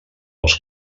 els